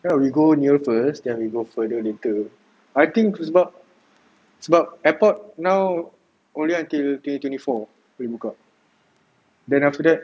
ya we go near first then we go further later I think tu sebab sebab airport now only until twenty twenty four baru buka then after that